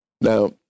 Now